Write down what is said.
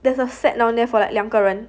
there's a set down there for like 两个人